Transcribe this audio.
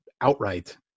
outright